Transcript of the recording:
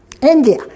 India